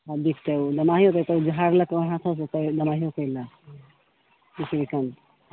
बिछ कऽ झाड़लक